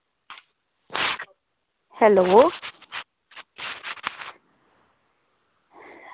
hello